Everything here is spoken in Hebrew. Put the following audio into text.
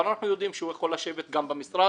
אבל אנחנו יודעים שהוא יכול לשבת גם במשרד,